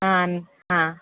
ಹಾಂ ಹಾಂ